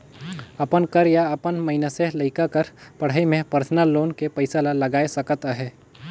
अपन कर या अपन मइनसे लइका कर पढ़ई में परसनल लोन के पइसा ला लगाए सकत अहे